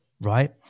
Right